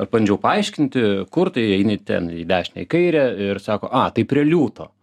bandžiau paaiškinti kur tu eini ten į dešinę į kairę ir sako a tai prie liūto